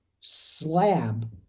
slab